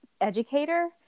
educator